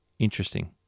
Interesting